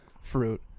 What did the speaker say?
fruit